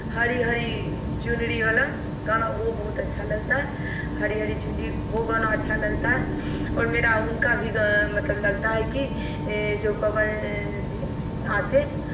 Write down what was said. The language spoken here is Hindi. हरी हरी चुनरी वाला गाना वो बहुत अच्छा लगता है हरी हरी चुनरी वो गाना अच्छा लगता है और मेरा उनका भी मतलब लगता है कि जो पवन जी आते